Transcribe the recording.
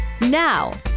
Now